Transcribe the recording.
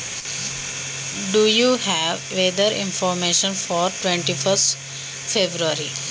एकवीस फेब्रुवारीची हवामान माहिती आहे का?